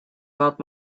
not